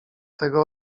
tego